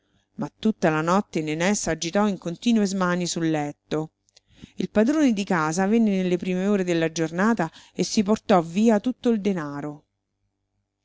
ma tutta la notte nené s'agitò in continue smanie sul letto il padrone di casa venne nelle prime ore della giornata e si portò via tutto il denaro